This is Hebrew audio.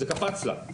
זה קפץ לה,